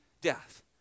death